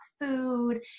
food